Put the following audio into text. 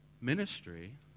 Ministry